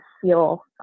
feel